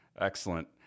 Excellent